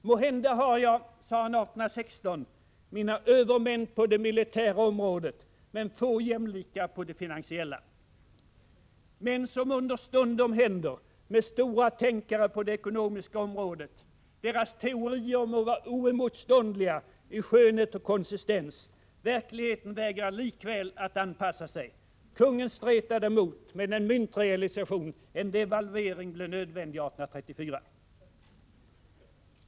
”Måhända har jag”, sade han 1816, ”mina övermän på det militära området, men få jämlikar på det finansiella.” Men som understundom händer med stora tänkare på det ekonomiska området: deras teorier må vara oemotståndliga i skönhet och konsistens, verkligheten vägrar likväl att anpassa sig. Kungen stretade emot, men en myntrealisation, en devalvering, blev nödvändig 1834.